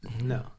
No